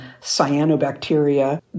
cyanobacteria